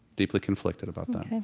deeply conflicted about that